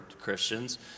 christians